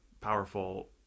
powerful